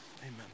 Amen